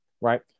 right